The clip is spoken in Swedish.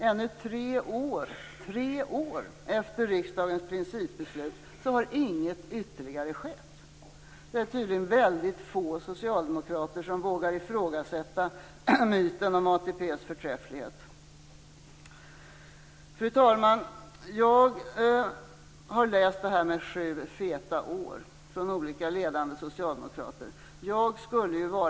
Ännu tre år - tre år - efter riksdagens principbeslut, har inget ytterligare skett. Det är tydligen väldigt få socialdemokrater som vågar ifrågasätta myten om ATP:s förträfflighet. Fru talman! Jag har läst det som olika ledande socialdemokrater har skrivit om sju feta år.